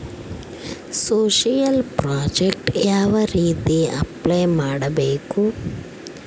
Social project ಯಾವ ರೇತಿ apply ಮಾಡಬೇಕು?